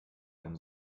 beim